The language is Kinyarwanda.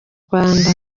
rwanda